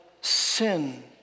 sin